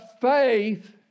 faith